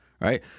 right